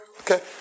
okay